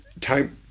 time